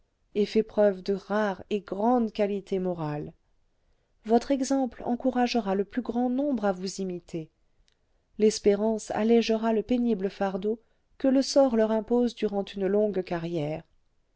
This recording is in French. et fait preuve de rares et grandes qualités morales votre exemple encouragera le plus grand nombre à vous imiter l'espérance allégera le pénible fardeau que le sort leur impose durant une longue carrière